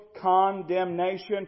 condemnation